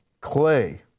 clay